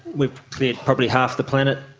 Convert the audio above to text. we've cleared probably half the planet.